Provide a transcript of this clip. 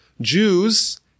Jews